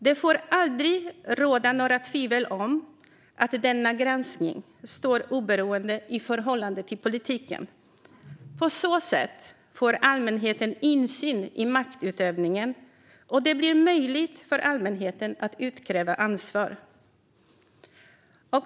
Det får aldrig råda några tvivel om att denna granskning står oberoende i förhållande till politiken. På så sätt får allmänheten insyn i maktutövningen, och det blir möjligt för allmänheten att utkräva ansvar.